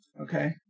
Okay